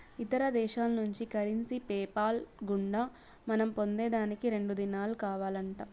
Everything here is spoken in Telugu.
ఇతర దేశాల్నుంచి కరెన్సీ పేపాల్ గుండా మనం పొందేదానికి రెండు దినాలు కావాలంట